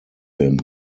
him